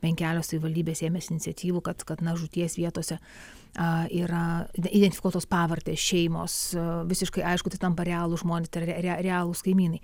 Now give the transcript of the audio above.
bent kelios savivaldybės ėmėsi iniciatyvų kad kad nuo žūties vietose a yra identifikuotos pavarde šeimos visiškai aišku tai tampa realūs žmonės tai yra realūs kaimynai